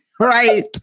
Right